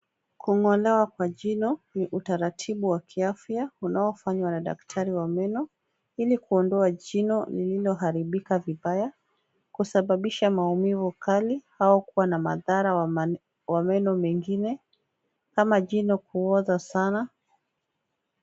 Kung'olewa kwa jino, ni utaratibu wa kiafya, unaofanywa na daktari wa meno ili kuondoa jino lililoharibika vibaya, kusababisha maumivu kali au kuwa na madhara ya meno mengine kama jino kuoza sana.